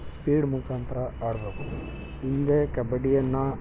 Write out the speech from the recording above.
speed ಮುಖಾಂತರ ಆಡಬೇಕು ಹಿಂದೆ ಕಬಡ್ಡಿಯನ್ನು